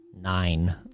Nine